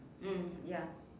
mm ya